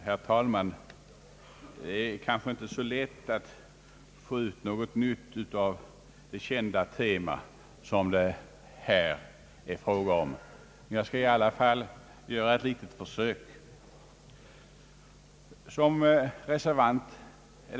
Herr talman! Det är kanske inte så lätt att få ut något nytt av det kända tema som det här är fråga om, men jag skall i alla fall göra ett litet försök att variera detsamma.